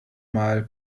mal